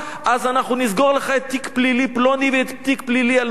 אנחנו נסגור לך את תיק פלילי פלוני ואת תיק פלילי אלמוני.